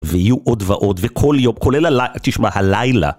ויהיו עוד ועוד וכל יום כולל הלילה... תשמע, הלילה